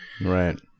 Right